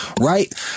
right